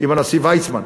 עם הנשיא ויצמן.